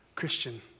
Christian